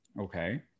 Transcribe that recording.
okay